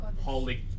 holy